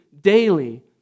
daily